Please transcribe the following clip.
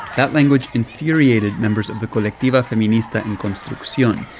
that language infuriated members of the colectiva feminista en construccion,